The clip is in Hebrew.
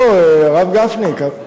הרב גפני, נשמה,